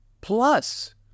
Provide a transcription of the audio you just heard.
Plus